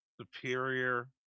superior